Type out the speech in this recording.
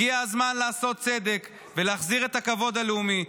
הגיע הזמן לעשות צדק ולהחזיר את הכבוד הלאומי.